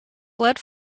blood